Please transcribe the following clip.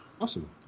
Awesome